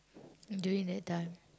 during that time